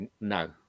No